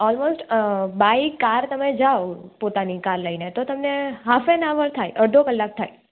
almost by car તમે જાવ પોતાની કાર લઈને તો તમને હાફ એન અવર થાય અડધો કલાક થાય